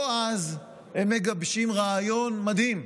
הו אז, הם מגבשים רעיון מדהים: